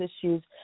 issues